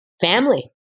family